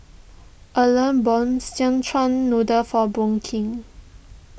Erle bought Szechuan Noodle for Brooke